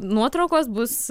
nuotraukos bus